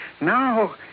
now